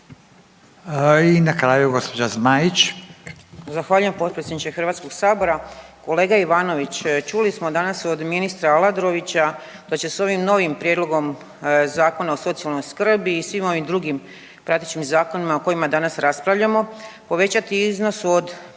I na kraju gospođa Zmaić.